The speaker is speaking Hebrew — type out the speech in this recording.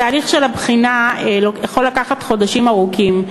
תהליך הבחינה יכול לקחת חודשים ארוכים,